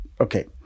Okay